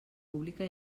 pública